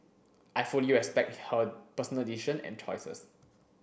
I fully respect her personal decision and choices